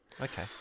Okay